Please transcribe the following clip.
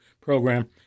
program